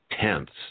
tenths